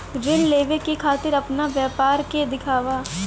ऋण लेवे के खातिर अपना व्यापार के दिखावा?